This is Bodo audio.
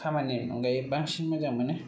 खामानिनि अनगायै बांसिन मोजां मोनो